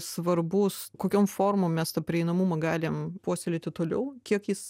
svarbus kokiom formom mes tą prieinamumą galim puoselėti toliau kiek jis